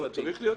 צריך תיקון,